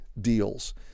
deals